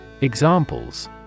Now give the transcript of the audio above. Examples